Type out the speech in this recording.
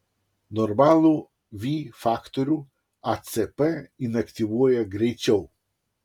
normalų v faktorių acp inaktyvuoja greičiau